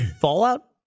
Fallout